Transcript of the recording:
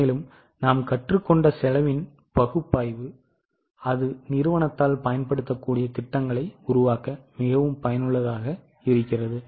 எனவே நாம் கற்றுக்கொண்ட செலவின் பகுப்பாய்வு அந்த நிறுவனத்தால் பயன்படுத்தக்கூடிய திட்டங்களை உருவாக்க மிகவும் பயனுள்ளதாக இருக்கிறது